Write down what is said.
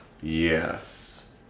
yes